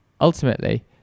Ultimately